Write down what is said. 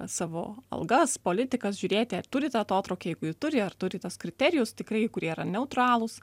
savo algas politikas žiūrėti turi tą atotrūkį jeigu jį turi ar turi tuos kriterijus tikrai kurie yra neutralūs